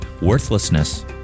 worthlessness